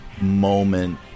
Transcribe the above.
moment